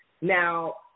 Now